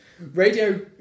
Radio